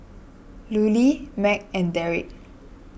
Lulie Mack and Darrick